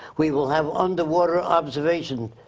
we will have underwater observation,